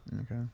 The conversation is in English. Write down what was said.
Okay